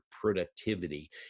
productivity